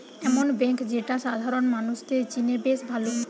এমন বেঙ্ক যেটা সাধারণ মানুষদের জিনে বেশ ভালো